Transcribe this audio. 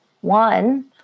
One